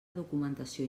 documentació